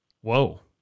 Whoa